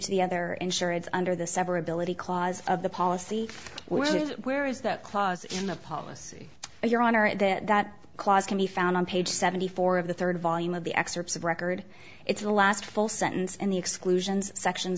to the other insurers under the severability clause of the policy where you where is that clause in the policy your honor that clause can be found on page seventy four of the third volume of the excerpts of record it's the last full sentence and the exclusions sections